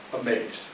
amazed